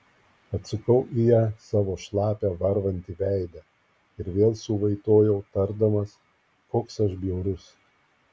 atsukau į ją savo šlapią varvantį veidą ir vėl suvaitojau tardamas koks aš bjaurus